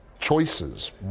choices